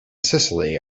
sicily